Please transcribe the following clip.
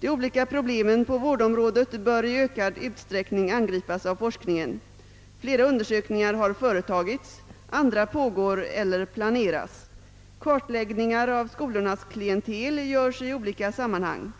De olika problemen på vårdområdet bör i ökad utsträckning angripas av forskningen. Flera undersökningar har företagits, andra pågår eller planeras. Kartläggningar av skolornas klientel görs i olika sammanhang.